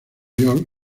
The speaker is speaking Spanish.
york